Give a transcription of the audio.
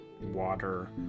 water